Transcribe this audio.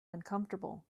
uncomfortable